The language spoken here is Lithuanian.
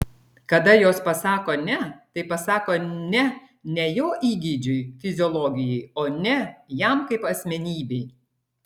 kada jos pasako ne tai pasako ne ne jo įgeidžiui fiziologijai o ne jam kaip asmenybei